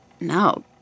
No